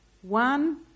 One